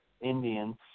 Indians